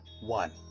one